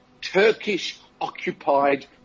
Turkish-occupied